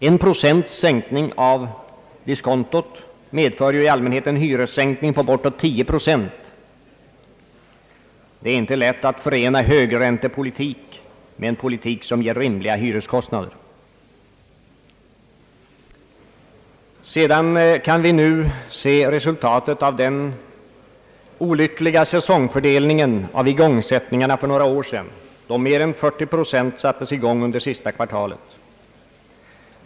En procents sänkning av diskontot medför ju i allmänhet en hyressänkning på bortåt 10 procent. Det är inte lätt att förena högräntepolitik med en politik som ger rimliga hyreskostnader. Vi kan nu också se resultatet av den olyckliga säsongfördelningen av igångsättningen för några år sedan, då mer än 40 procent sattes i gång under det sista kvartalet.